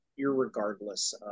irregardless